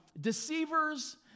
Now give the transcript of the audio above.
deceivers